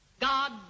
God